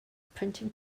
printing